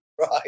Right